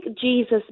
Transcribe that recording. Jesus